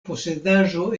posedaĵo